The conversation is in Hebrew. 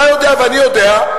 אתה יודע ואני יודע,